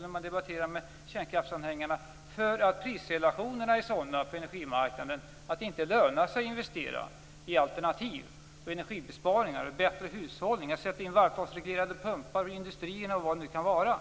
När man debatterar med kärnkraftsanhängarna kommer man i trångmål, därför att prisrelationerna på energimarknaden är sådana att det inte lönar sig att investera i alternativ, i energibesparingar och i bättre hushållning - att sätta in varvtalsreglerade pumpar i industrierna och vad det nu kan vara.